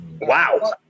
Wow